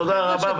תודה רבה.